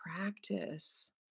practice